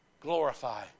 glorify